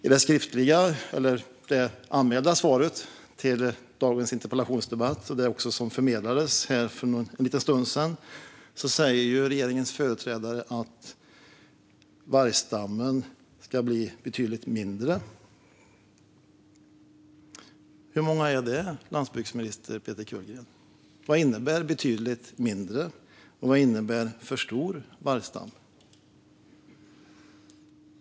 I interpellationssvaret här för en liten stund sedan sa regeringens företrädare att vargstammen ska bli betydligt mindre. Hur många är det, landsbygdsminister Peter Kullgren? Vad innebär betydligt mindre, och vad innebär för stor vargstam?